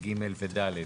(ג) ו-(ד).